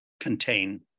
contain